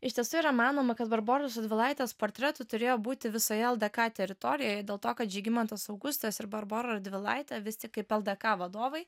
iš tiesų yra manoma kad barboros radvilaitės portretų turėjo būti visoje ldk teritorijoje dėl to kad žygimantas augustas ir barbora radvilaitė vis tik kaip ldk vadovai